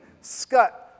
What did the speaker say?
Scut